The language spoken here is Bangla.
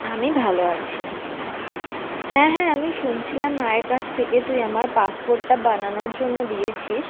আমি ভালো আছি হ্যাঁ হ্যাঁ আমি শুনছিলাম মায়ের কাছ থেকে তুই আমার পাসপোর্টটা বানানোর জন্য দিয়েছিস